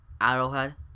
Arrowhead